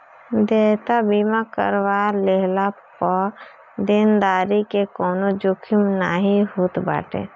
देयता बीमा करवा लेहला पअ देनदारी के कवनो जोखिम नाइ होत बाटे